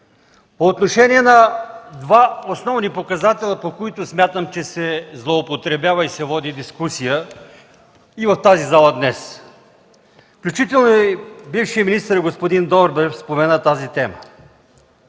По отношение на два основни показателя, по които смятам, че се злоупотребява и се води дискусия и в тази зала днес. Включително и бившият министър господин Добрев спомена тази тема.